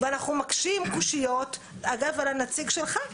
ואנחנו מקשים קושיות, אגב על הנציג שלך,